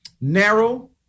narrow